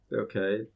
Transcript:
Okay